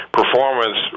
performance